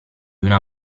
una